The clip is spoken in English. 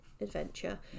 adventure